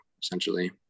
essentially